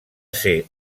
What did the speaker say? ser